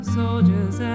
soldiers